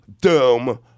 dumb